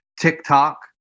TikTok